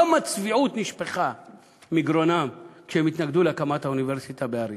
כמה צביעות נשפכה מגרונם כשהם התנגדו להקמת האוניברסיטה באריאל?